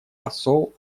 посол